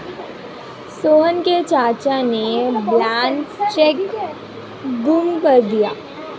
सोहन के चाचा ने ब्लैंक चेक गुम कर दिया